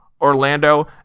Orlando